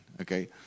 Okay